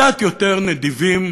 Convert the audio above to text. קצת יותר נדיבים,